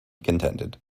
contended